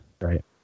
Right